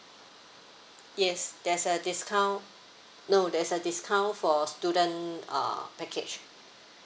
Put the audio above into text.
yes there's a discount no there's a discount for student uh package